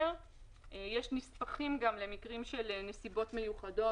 יש נספחים למקרים של נסיבות מיוחדות.